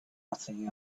nothing